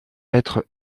être